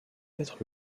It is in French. être